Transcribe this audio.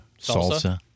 Salsa